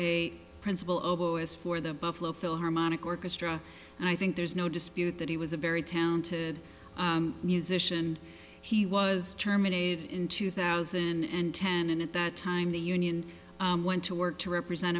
a principal oboist for the buffalo philharmonic orchestra and i think there's no dispute that he was a very talented musician he was terminated in two thousand and ten and at that time the union went to work to represent